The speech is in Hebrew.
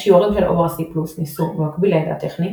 השיעורים של +ORC ניסו, במקביל לידע הטכני,